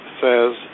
says